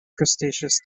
cretaceous